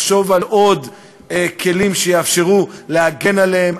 לחשוב על עוד כלים שיאפשרו להגן עליהם,